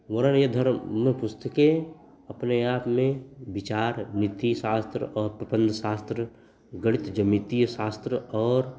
यह पुस्तकें अपने आप में विचार नीति शास्त्र और प्रबन्ध शास्त्र गणित ज्यामितीय शास्त्र और